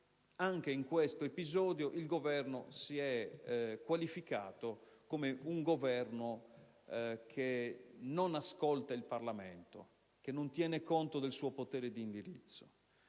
anche in questo episodio il Governo si è qualificato come un Esecutivo che non ascolta il Parlamento, che non tiene conto del suo potere di indirizzo.